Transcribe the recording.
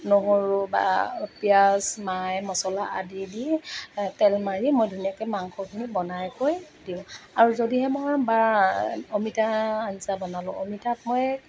নহৰু বা পিঁয়াজ মা মছলা আদি দি তেল মাৰি মই ধুনীয়াকৈ মাংসখিনি বনাই কৈ দিওঁ আৰু যদিহে মই বা অমিতা আঞ্জা বনালোঁ অমিতাত মই